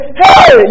hey